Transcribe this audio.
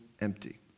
empty